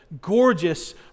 gorgeous